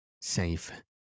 safe